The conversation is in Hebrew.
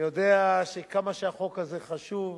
אני יודע שכמה שהחוק הזה חשוב,